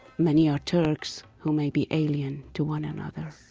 many are turks who may be alien to one another.